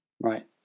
right